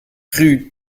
rue